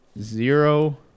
zero